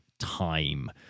time